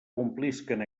complisquen